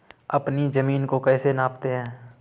अपनी जमीन को कैसे नापते हैं?